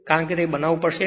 કારણ કે તેને બનાવવું પડશે